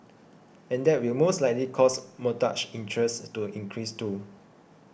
and that will most likely cause mortgage interest to increase too